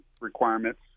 requirements